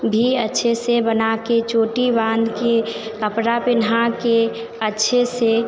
भी अच्छे से बनाकर चोटी बानकर कपड़ा पहनाकर अच्छे से